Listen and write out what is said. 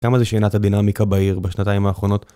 כמה זה שינה את הדינמיקה בעיר בשנתיים האחרונות?